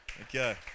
Okay